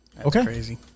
Okay